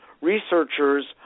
researchers